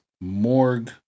Morgue